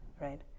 right